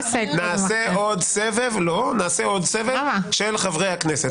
נעשה עוד סבב של חברי הכנסת.